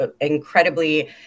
incredibly